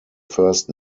first